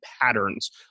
patterns